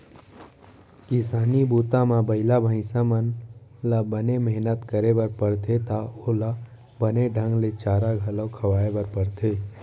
किसानी बूता म बइला भईंसा मन ल बने मेहनत करे बर परथे त ओला बने ढंग ले चारा घलौ खवाए बर परथे